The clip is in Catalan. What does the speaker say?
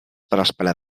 pròspera